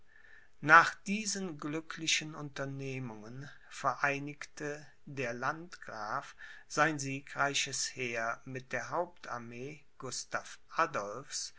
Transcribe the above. nach diesen glücklichen unternehmungen vereinigte der landgraf sein siegreiches heer mit der hauptarmee gustav adolphs